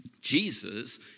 Jesus